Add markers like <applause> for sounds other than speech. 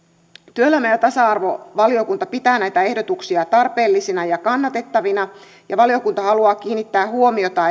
työelämä ja tasa arvovaliokunta pitää näitä ehdotuksia tarpeellisina ja kannatettavina ja valiokunta haluaa kiinnittää huomiota <unintelligible>